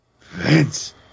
Vince